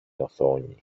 οθόνη